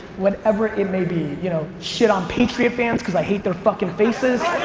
whatever it may be, you know, shit on patriot fans cause i hate their fuckin faces.